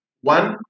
One